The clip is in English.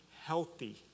healthy